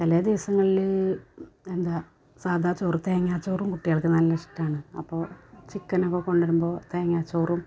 ചില ദിവസങ്ങളിൽ എന്താ സാദാച്ചോറ് തേങ്ങാച്ചോറും കുട്ടികൾക്കു നല്ലിഷ്ടമാണ് അപ്പോൾ ചിക്കനൊക്കെ കൊണ്ടു വരുമ്പോൾ തേങ്ങാച്ചോറും